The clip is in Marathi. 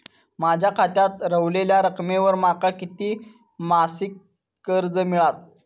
माझ्या खात्यात रव्हलेल्या रकमेवर माका किती मासिक कर्ज मिळात?